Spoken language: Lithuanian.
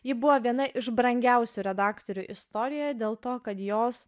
ji buvo viena iš brangiausių redaktorių istorijoje dėl to kad jos